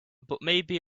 butmaybe